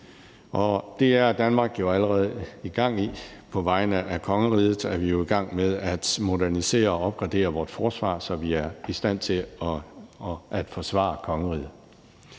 det er Danmark allerede i gang med. På vegne af kongeriget er vi jo i gang med at modernisere og opgradere vores forsvar, så vi er i stand til at forsvare kongeriget.